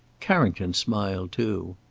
carrington smiled too.